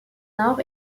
nord